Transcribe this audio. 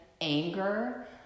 anger